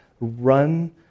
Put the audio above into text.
run